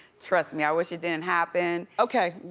trust me, i wish it didn't happen. okay.